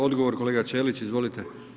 Odgovor kolega Ćelić, izvolite.